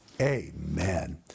amen